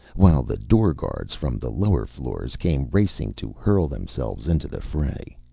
while the door-guards from the lower floors came racing to hurl themselves into the fray.